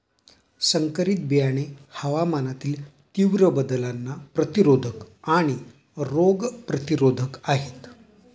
संकरित बियाणे हवामानातील तीव्र बदलांना प्रतिरोधक आणि रोग प्रतिरोधक आहेत